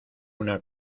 una